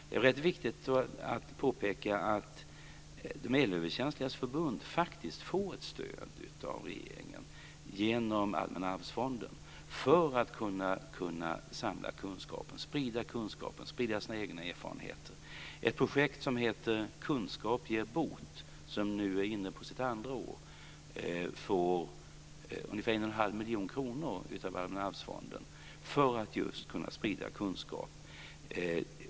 Det är rätt viktigt då att påpeka att Elöverkänsligas Förbund faktiskt får stöd av regeringen genom Allmänna arvsfonden för att kunna samla kunskapen, sprida kunskapen och sprida sina egna erfarenheter. Ett projekt som heter Kunskap ger bot, som nu är inne på sitt andra år, får ungefär 1 1⁄2 miljon kronor av Allmänna arvsfonden för att just kunna sprida kunskap.